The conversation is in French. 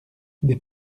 des